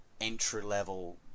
entry-level